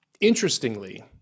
Interestingly